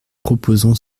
proposons